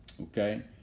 okay